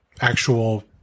actual